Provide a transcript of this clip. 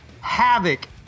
havoc